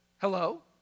hello